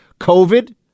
covid